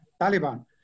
Taliban